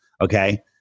Okay